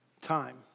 time